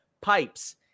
pipes